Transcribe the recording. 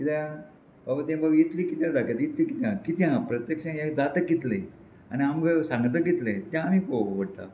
कित्याक बाबा तें बाबा इतलें कितें जाता इतलें कितें आहा कितें आसा प्रत्यक्षान जाता कितलीं आनी आमगे सांगता कितलें तें आमी पळोवपाक पडटा